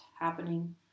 happening